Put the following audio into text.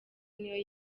niyo